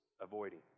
avoiding